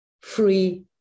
free